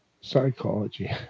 psychology